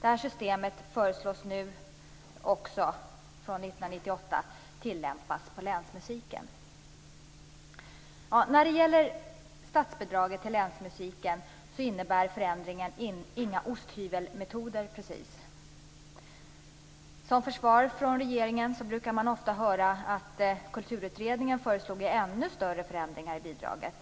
Det systemet förslås tillämpas också på länsmusiken från 1998. När det gäller statsbidraget till länsmusiken innebär förändringen inga osthyvelmetoder, precis. Som försvar från regeringen brukar man ofta höra att Kulturutredningen föreslog ännu större förändringar i bidraget.